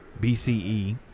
BCE